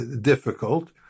difficult